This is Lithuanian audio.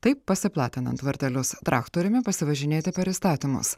taip pasiplatinant vartelius traktoriumi pasivažinėti per įstatymus